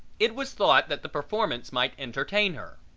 it was thought that the performance might entertain her.